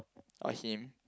or him